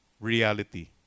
Reality